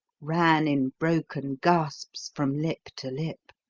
ran in broken gasps from lip to lip